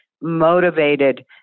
motivated